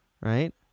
right